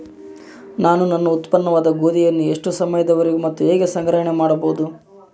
ನಾನು ನನ್ನ ಉತ್ಪನ್ನವಾದ ಗೋಧಿಯನ್ನು ಎಷ್ಟು ಸಮಯದವರೆಗೆ ಮತ್ತು ಹೇಗೆ ಸಂಗ್ರಹಣೆ ಮಾಡಬಹುದು?